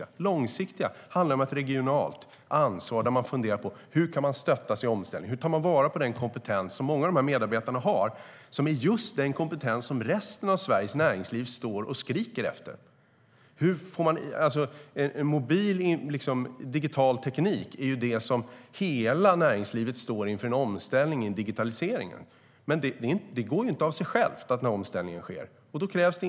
På lång sikt handlar det om regionalt ansvar där man funderar på hur man kan stötta vid omställning och hur man tar till vara den kompetens som många av medarbetarna har och som är just den kompetens som resten av Sveriges näringsliv står och skriker efter. Hela näringslivet står inför en omställning när det gäller mobil teknik och digitalisering. Men omställningen går inte av sig själv.